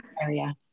area